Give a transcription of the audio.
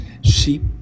sheep